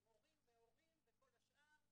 מורים והורים וכל השאר,